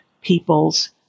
people's